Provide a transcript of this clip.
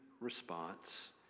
response